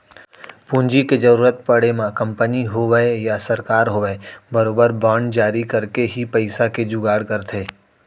पूंजी के जरुरत पड़े म कंपनी होवय या सरकार होवय बरोबर बांड जारी करके ही पइसा के जुगाड़ करथे